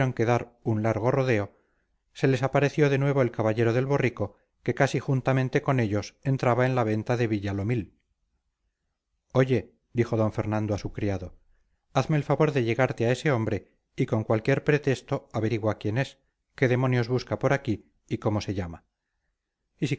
dar un largo rodeo se les apareció de nuevo el caballero del borrico que casi juntamente con ellos entraba en la venta de villalomil oye dijo don fernando a su criado hazme el favor de llegarte a ese hombre y con cualquier pretexto averigua quién es qué demonios busca por aquí y cómo se llama